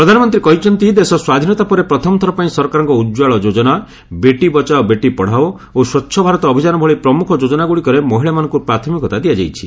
ପ୍ରଧାନମନ୍ତ୍ରୀ କହିଛନ୍ତି ଦେଶ ସ୍ନାଧୀନତା ପରେ ପ୍ରଥମଥର ପାଇଁ ସରକାରଙ୍କ ଉଜ୍ଜଳା ଯୋଜନା ବେଟି ବଚାଓ ବେଟି ପଢ଼ାଓ ଓ ସ୍କଚ୍ଚ ଭାରତ ଅଭିଯାନ ଭଳି ପ୍ରମୁଖ ଯୋଜନାଗୁଡ଼ିକରେ ମହିଳାମାନଙ୍କୁ ପ୍ରାଥମିକତା ଦିଆଯାଇଛି